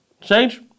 Change